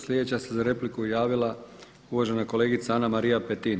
Sljedeća se za repliku javila uvažena kolegica Ana-Marija Petin.